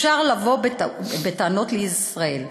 אפשר לבוא בטענות לישראל,